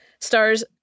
stars